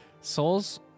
Souls